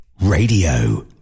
radio